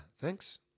Thanks